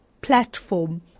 platform